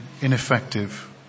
ineffective